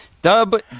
Dub